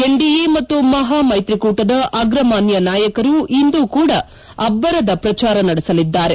NDA ಮತ್ತು ಮಹಾ ಮೈತ್ರಿಕೂಟದ ಅಗ್ರಮಾನ್ಲ ನಾಯಕರು ಇಂದು ಕೂಡ ಅಭ್ಲರದ ಪ್ರಚಾರ ನಡೆಸಲಿದ್ದಾರೆ